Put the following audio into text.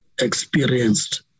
experienced